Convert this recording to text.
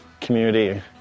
community